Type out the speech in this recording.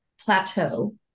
plateau